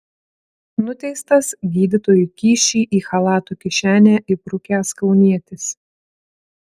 nuteistas gydytojui kyšį į chalato kišenę įbrukęs kaunietis